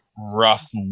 rough